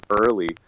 early